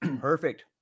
Perfect